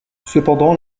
cependant